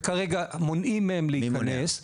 וכרגע מונעים מהם להיכנס.